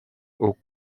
aux